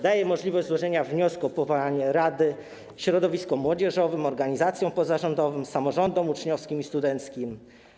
Daje możliwość złożenia wniosku o powołanie rady środowiskom młodzieżowym, organizacjom pozarządowym, samorządom uczniowskim i studenckim.